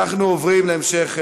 אנחנו עוברים להמשך סדר-היום: